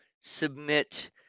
submit